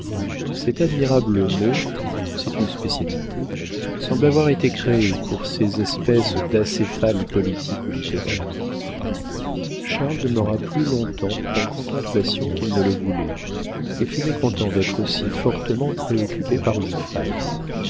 cet admirable mot c'est une spécialité semble avoir été créé pour ces espèces d'acéphales politiques ou littéraires charles demeura plus long-temps en contemplation qu'il ne le voulait et fut mécontent d'être si fortement préoccupé par une femme